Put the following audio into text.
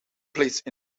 placed